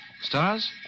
Stars